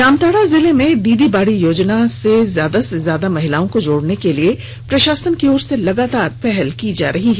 जामताड़ा जिले में दीदी बाड़ी योजना से ज्यादा से ज्यादा महिलाओं को जोड़ने के लिए प्रशासन की ओर से लगातार पहल की जा रही है